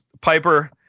Piper